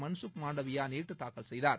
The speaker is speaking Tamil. மன்சுக் மாண்டவியா நேற்று தாக்கல் செய்தார்